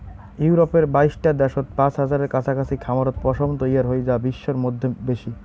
ইউরপের বাইশটা দ্যাশত পাঁচ হাজারের কাছাকাছি খামারত পশম তৈয়ার হই যা বিশ্বর মইধ্যে বেশি